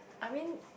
I mean